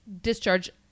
discharge